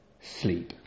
sleep